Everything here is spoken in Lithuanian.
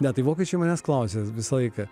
ne tai vokiečiai manęs klausėsi visą laiką